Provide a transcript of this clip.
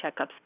checkups